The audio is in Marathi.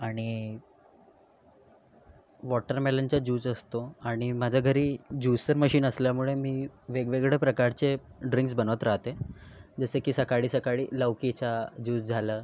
आणि वॉटर मेलनचा ज्यूस असतो आणि माझ्या घरी ज्यूसर मशीन असल्यामुळे मी वेगवेगळ्या प्रकारचे ड्रिंक्स बनवत राहाते जसे की सकाळी सकाळी लौकीचा ज्यूस झालं